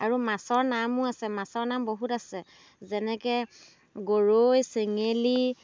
আৰু মাছৰ নামো আছে মাছৰ নাম বহুত আছে যেনেকৈ গৰৈ চেঙেলী